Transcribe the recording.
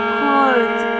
cold